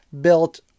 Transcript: built